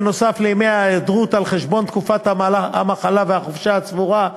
בנוסף לימי ההיעדרות על חשבון תקופת המחלה והחופשה הצבורה,